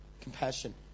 Compassion